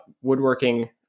woodworking